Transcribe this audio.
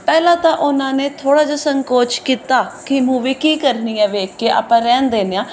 ਪਹਿਲਾਂ ਤਾਂ ਉਹਨਾਂ ਨੇ ਥੋੜ੍ਹਾ ਜਿਹਾ ਸੰਕੋਚ ਕੀਤਾ ਕਿ ਮੂਵੀ ਕੀ ਕਰਨੀ ਹੈ ਵੇਖ ਕੇ ਆਪਾਂ ਰਹਿਣ ਦੇਂਦੇ ਹਾਂ